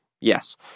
Yes